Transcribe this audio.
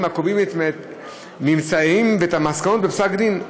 הקובעים את הממצאים ואת המסקנות בפסק-הדין.